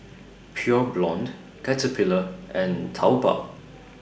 Pure Blonde Caterpillar and Taobao